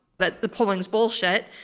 but the polling is bullshit,